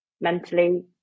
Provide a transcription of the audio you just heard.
mentally